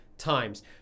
times